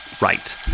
Right